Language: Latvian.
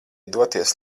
doties